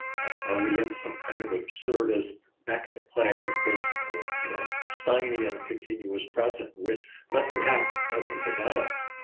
are we in so kind of absurdist beckett play that goes, or you know, spiny and continuous present, which nothing happens, nothing develops?